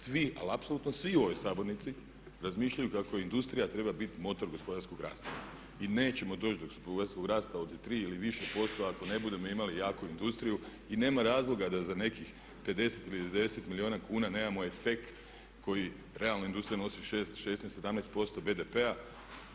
Svi ali apsolutno svi u ovoj sabornici razmišljaju kako industrija treba biti motor gospodarskog rasta i nećemo doći do gospodarskog rasta od tri ili više posto ako ne budemo imali jaku industriju i nema razloga da za nekih 50 ili 90 milijuna kuna nemamo efekt koji realna industrija nosi 16, 17% BDP-a.